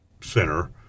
center